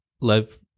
live